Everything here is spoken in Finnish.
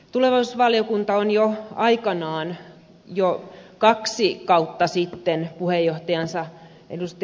tulevaisuusvaliokunta on aikanaan jo kaksi kautta sitten puheenjohtajansa ed